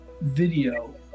video